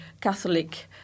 Catholic